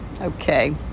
okay